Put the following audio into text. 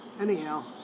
anyhow